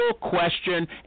question